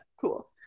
Cool